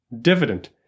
dividend